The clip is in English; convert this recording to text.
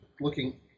looking